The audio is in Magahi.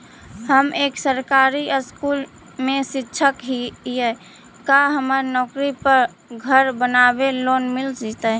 हम एक सरकारी स्कूल में शिक्षक हियै का हमरा नौकरी पर घर बनाबे लोन मिल जितै?